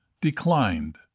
declined